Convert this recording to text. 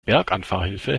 berganfahrhilfe